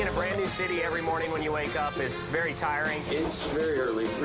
and brand new city every morning when you wake up is very tiring. it's very early.